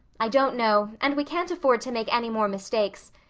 i don't know and we can't afford to make any more mistakes.